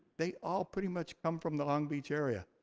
they all pretty much come from the long beach area.